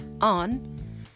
on